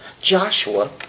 Joshua